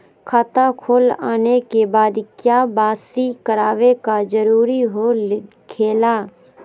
खाता खोल आने के बाद क्या बासी करावे का जरूरी हो खेला?